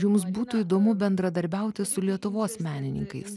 jums būtų įdomu bendradarbiauti su lietuvos menininkais